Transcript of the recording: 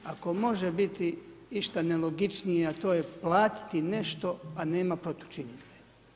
Ako može biti išta nelogičnije a to je platiti nešto a nema protučinidbe.